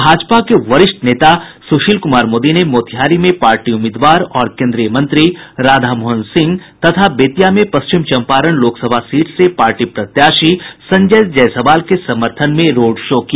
भाजपा के वरिष्ठ नेता सुशील कुमार मोदी ने मोतिहारी में पार्टी उम्मीदवार और केन्द्रीय मंत्री राधामोहन सिंह और बेतिया में पश्चिम चंपारण लोकसभा सीट से पार्टी प्रत्याशी संजय जायसवाल के समर्थन में रोड शो किया